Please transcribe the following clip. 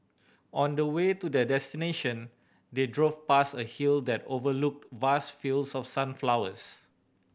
on the way to their destination they drove past a hill that overlooked vast fields of sunflowers